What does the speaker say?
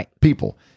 people